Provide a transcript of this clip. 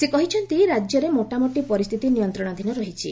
ସେ କହିଛନ୍ତି ରାଜ୍ୟରେ ମୋଟାମୋଟି ପରିସ୍ଥିତି ନିୟନ୍ତ୍ରଣାଧୀନ ରହିଛି